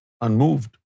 unmoved